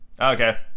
Okay